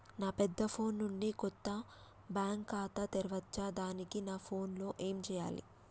నా పెద్ద ఫోన్ నుండి కొత్త బ్యాంక్ ఖాతా తెరవచ్చా? దానికి నా ఫోన్ లో ఏం చేయాలి?